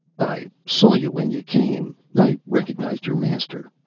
i saw you when you came. i recognized your master.